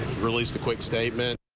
released a quick statement.